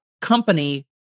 company